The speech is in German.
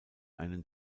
einen